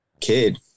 kid